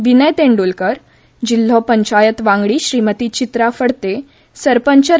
विनय तेंड्रलकर जिल्हो पंचायत वांगडी श्रीमती चित्रा फडते सरपंच श्री